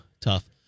Tough